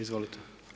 Izvolite.